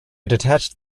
detached